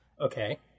Okay